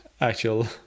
actual